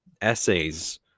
essays